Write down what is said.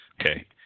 Okay